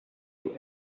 you